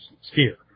sphere